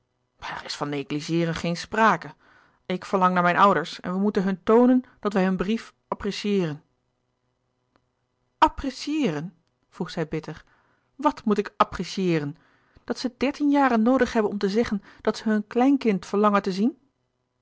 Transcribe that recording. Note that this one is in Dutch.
is van negligeeren geen sprake ik verlang naar mijn ouders en we moeten hun toonen dat wij hun brief apprecieeren apprecieeren vroeg zij bitter wat moet ik apprecieeren dat ze dertien jaren noodig hebben om te zeggen dat ze hun kleinkind verlangen te zien